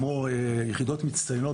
כמו יחידות מצטיינות.